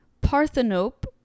parthenope